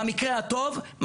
במקרה הטוב,